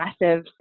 massive